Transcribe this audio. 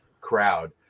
crowd